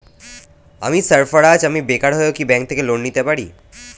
আমি সার্ফারাজ, আমি বেকার হয়েও কি ব্যঙ্ক থেকে লোন নিতে পারি?